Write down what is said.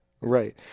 Right